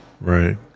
right